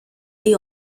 die